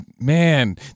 man